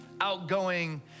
outgoing